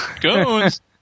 Goons